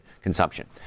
consumption